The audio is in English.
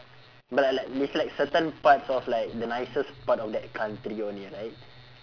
but like like it's like certain parts of like the nicest part of that country only right